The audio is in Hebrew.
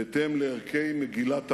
בהתאם לערכי מגילת העצמאות,